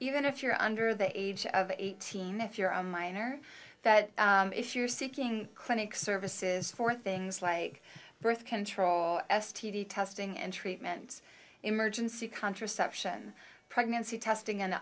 even if you're under the age of eighteen if you're a minor that if you're seeking clinic services for things like birth control s t d testing and treatments emergency contraception pregnancy testing